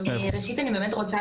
ואנחנו ממשיכים בתוכניות